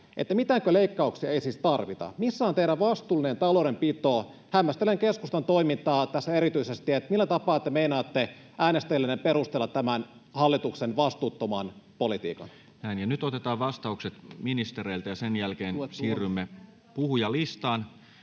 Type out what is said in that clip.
miljardia euroa, ei siis tarvita? Missä on teidän vastuullinen taloudenpito? Hämmästelen erityisesti keskustan toimintaa tässä. Millä tapaa te meinaatte äänestäjillenne perustella tämän hallituksen vastuuttoman politiikan? Näin. — Ja nyt otetaan vastaukset ministereiltä, ja sen jälkeen siirrymme puhujalistaan,